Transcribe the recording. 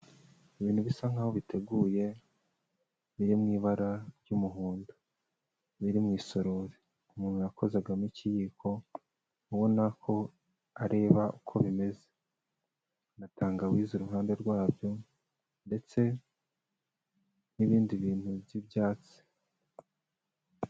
Ibintu bisa nkaho biteguye, biri mu ibara ry'umuhondo. Biri mu isorori; umuntu yakozagamo ikiyiko, ubona ko areba uko bimeze; na tangawizi iruhande rwabyo, ndetse n'ibindi bintu by'ibyatsi.